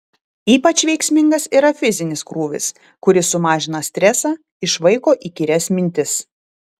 ypač veiksmingas yra fizinis krūvis kuris sumažina stresą išvaiko įkyrias mintis